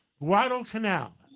Guadalcanal